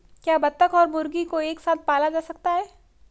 क्या बत्तख और मुर्गी को एक साथ पाला जा सकता है?